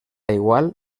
igual